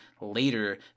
later